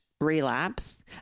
relapse